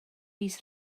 mis